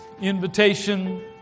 invitation